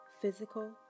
physical